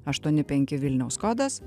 aštuoni penki vilniaus kodas